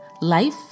life